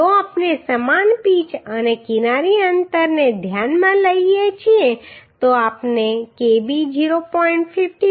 જો આપણે સમાન પિચ અને કિનારી અંતરને ધ્યાનમાં લઈએ તો આપણે kb 0